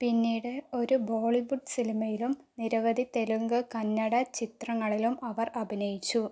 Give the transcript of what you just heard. പിന്നീട് ഒരു ബോളിവുഡ് സിനിമയിലും നിരവധി തെലുങ്ക് കന്നഡ ചിത്രങ്ങളിലും അവര് അഭിനയിച്ചു